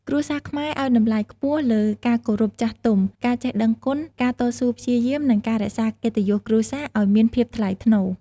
គ្រួសារខ្មែរឲ្យតម្លៃខ្ពស់លើ ការគោរពចាស់ទុំ ការចេះដឹងគុណ ការតស៊ូព្យាយាម និងការរក្សាកិត្តិយសគ្រួសារអោយមានភាពថ្លៃថ្នូរ។